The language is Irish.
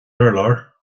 urlár